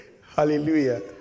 Hallelujah